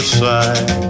side